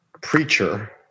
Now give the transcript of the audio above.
preacher